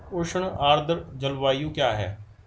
उष्ण आर्द्र जलवायु क्या है?